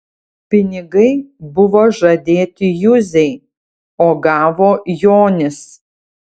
pinigai buvo žadėti juzei o gavo jonis